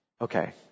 Okay